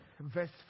verse